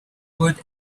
good